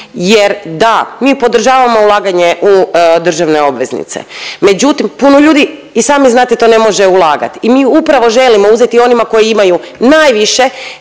jer da mi podržavamo ulaganje u državne obveznice, međutim puno ljudi i sami znate to ne može ulagati i mi upravo želimo uzeti onima koji imaju najviše